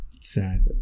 Sad